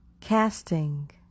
casting